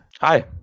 Hi